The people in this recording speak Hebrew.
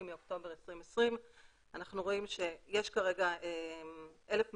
מאוקטובר 2020. אנחנו רואים שיש כרגע 1,250